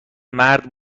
مرد